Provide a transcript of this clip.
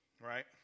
right